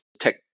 tech